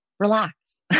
relax